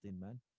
man